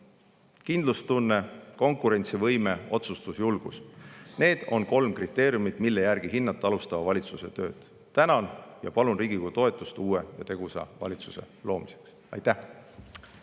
Kindlustunne, konkurentsivõime, otsustusjulgus – need on kolm kriteeriumit, mille järgi hinnata alustava valitsuse tööd. Tänan! Palun Riigikogu toetust uue ja tegusa valitsuse loomiseks. Aitäh!